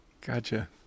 Gotcha